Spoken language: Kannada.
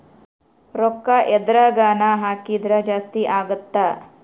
ರೂಕ್ಕ ಎದ್ರಗನ ಹಾಕಿದ್ರ ಜಾಸ್ತಿ ಅಗುತ್ತ